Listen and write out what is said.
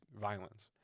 violence